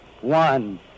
one